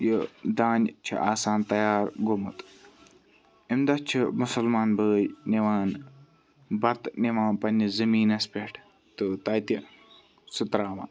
یہٕ دانہٕ چھُ آسان تَیار گوٚمُت امہِ دۄہ چھِ مُسَلمان بٲے نِوان بَتہٕ نِوان پَننِس زمیٖنَس پٮ۪ٹھ تہٕ تَتہِ سُہ تراوان